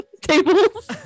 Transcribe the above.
tables